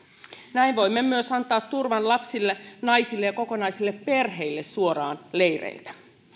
näin voimme myös antaa turvan lapsille naisille ja kokonaisille perheille suoraan leireiltä